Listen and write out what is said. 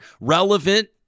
relevant